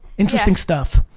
interesting stuff.